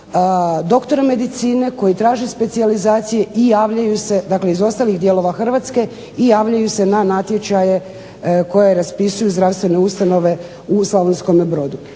doktora medicine koji traže specijalizacije i javljaju se, dakle iz ostalih dijelova Hrvatske i javljaju se na natječaje koje raspisuju zdravstvene ustanove u Slavoskome Brodu,